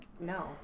No